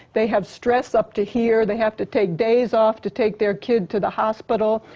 they have stress up to here, they have to take days off to take their kid to the hospital,